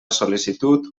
sol·licitud